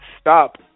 stop